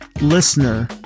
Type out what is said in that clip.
listener